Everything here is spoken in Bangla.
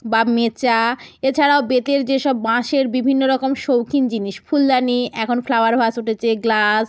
বা মেচা এছাড়াও বেতের যেসব বাঁশের বিভিন্ন রকম শৌখিন জিনিস ফুলদানি এখন ফ্লাওয়ার ভাস উঠেছে গ্লাস